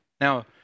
Now